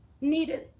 needed